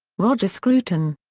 roger scruton.